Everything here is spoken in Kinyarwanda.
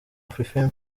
afrifame